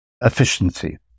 efficiency